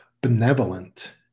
benevolent